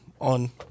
on